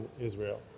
Israel